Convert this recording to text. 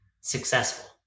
successful